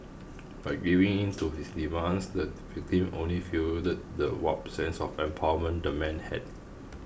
by giving in to his demands the victim only fuelled the warped sense of empowerment the man had